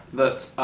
that